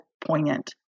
poignant